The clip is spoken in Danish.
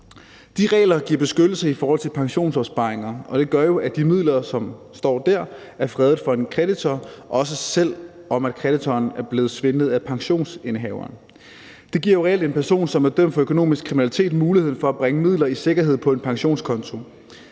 De regler giver beskyttelse i forhold til pensionsopsparinger, og det gør jo, at de midler, som står der, er fredet for en kreditor, også selv om kreditorerne er blevet udsat for svindel af pensionsindehaveren. Det giver jo reelt en person, som er dømt for økonomisk kriminalitet, mulighed for at bringe midler i sikkerhed på en pensionskonto.